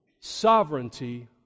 sovereignty